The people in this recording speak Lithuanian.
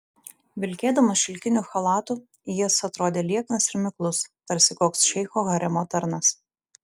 vilkėdamas šilkiniu chalatu jis atrodė lieknas ir miklus tarsi koks šeicho haremo tarnas